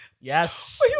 Yes